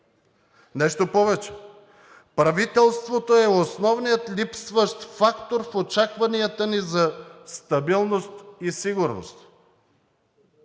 Нещо повече, правителството е основният липсващ фактор в очакванията ни за стабилност и сигурност.